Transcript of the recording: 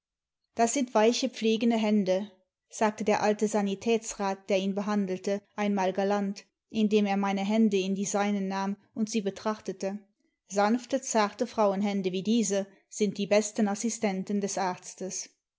das sind weiche pflegende hände sagte der alte sanitätsrat der ihn behandelte einmal galant indem er meine hände in die s'einen nahm und sie betrachtete sanfte zarte frauenhände wie diese sind die besten assistenten des arztes